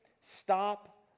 Stop